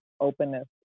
openness